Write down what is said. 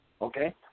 okay